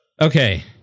okay